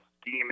scheme